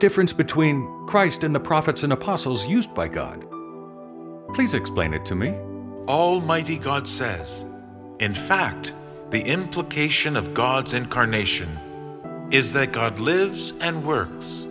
difference between christ and the prophets and apostles used by god please explain it to me all mighty god says in fact the implication of god's incarnation is that god lives and works